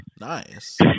Nice